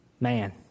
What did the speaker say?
man